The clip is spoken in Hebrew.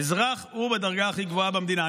האזרח הוא בדרגה הכי גבוהה במדינה.